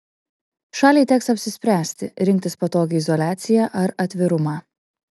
šaliai teks apsispręsti rinktis patogią izoliaciją ar atvirumą